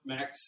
Max